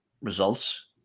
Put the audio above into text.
results